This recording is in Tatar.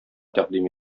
тәкъдим